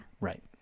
Right